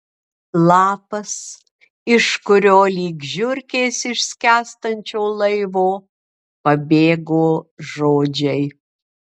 lapas iš kurio lyg žiurkės iš skęstančio laivo pabėgo žodžiai